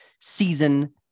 season